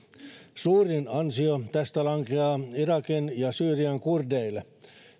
suurin ansio tästä lankeaa irakin ja syyrian kurdeille